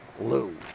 Lou